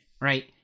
right